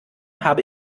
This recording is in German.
habe